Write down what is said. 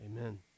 Amen